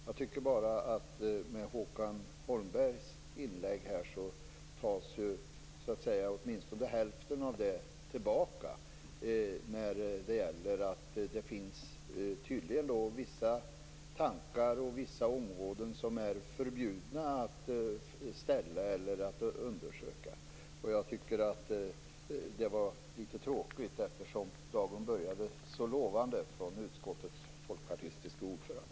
Jag tycker bara att Håkan Holmbergs inlägg här innebar att åtminstone hälften i den togs tillbaka - det finns vissa områden som det skulle vara förbjudet att undersöka. Jag tycker att det är litet tråkigt, eftersom dagen började så lovande från utskottets folkpartistiska ordförande.